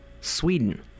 Sweden